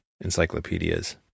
encyclopedias